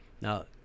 Now